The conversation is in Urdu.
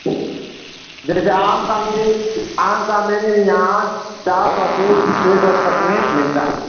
جیسے آم کا میرے آم کا میرے یہاں چار سو سے چھ سو تک میں ملتا